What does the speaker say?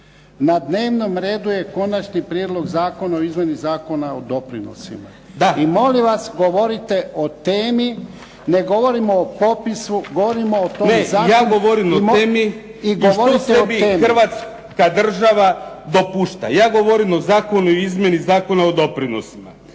na dnevnom redu je Konačni prijedlog zakona o izmjeni Zakona o doprinosima. I molim vas govorite o temi. Ne govorimo o popisu, govorimo o tome zakonu. **Kajin, Damir (IDS)** Ne, ja govorim o temi. .../Govornici govore u glas, ne razumije se./... Hrvatska država dopušta. Ja govorim o Zakonu o izmjeni Zakona o doprinosima.